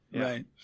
right